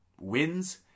Wins